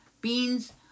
beans